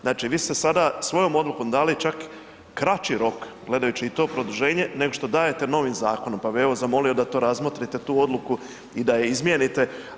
Znači vi ste sada svojom odlukom dali čak i kraći rok gledajući i to produženje nego što dajte novim zakonom, pa bi evo zamolio da to razmotrite tu odluku i da je izmijenite.